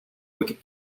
wicket